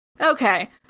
Okay